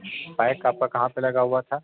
bike आपका कहाँ पे लगा हुआ था